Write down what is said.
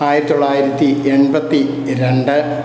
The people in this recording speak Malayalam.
ആയിരത്തി തൊള്ളായിരത്തി എണ്പത്തി രണ്ട്